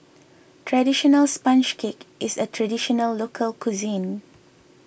Traditional Sponge Cake is a Traditional Local Cuisine